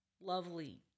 lovely